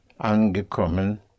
angekommen